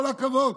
כל הכבוד.